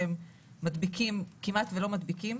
שהם כמעט ולא מדביקים.